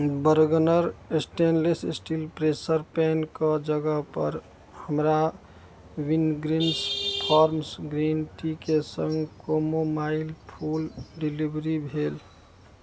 बर्गन stainless steel pressure पैनके जगह पर हमरा विनग्रीन्स फार्म्स ग्रीन टीके संग कोमोमाइल फूल डिलीवरी भेल